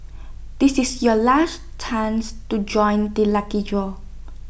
this is your last chance to join the lucky draw